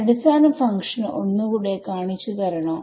അടിസ്ഥാന ഫങ്ക്ഷൻ ഒന്നൂടെ കാണിച്ചു തരണോ